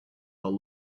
while